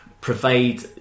provide